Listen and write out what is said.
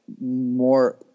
more